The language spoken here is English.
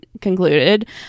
concluded